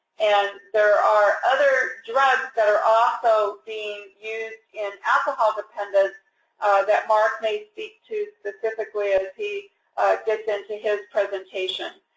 and there are other drugs that are also being used in alcohol dependence that mark may speak to, specifically, as he gets into his presentation.